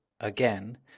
Again